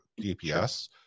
DPS